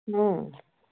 ହଁ